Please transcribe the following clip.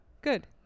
good